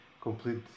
complete